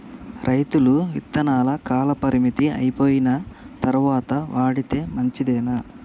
రైతులు విత్తనాల కాలపరిమితి అయిపోయిన తరువాత వాడితే మంచిదేనా?